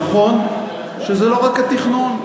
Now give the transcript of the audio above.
נכון שזה לא רק התכנון,